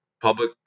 public